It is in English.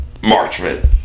Marchman